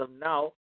now